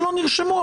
שלא נרשמו,